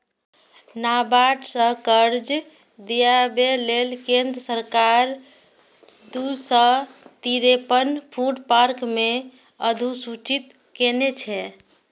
नाबार्ड सं कर्ज दियाबै लेल केंद्र सरकार दू सय तिरेपन फूड पार्क कें अधुसूचित केने छै